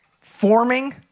forming